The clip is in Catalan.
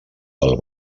del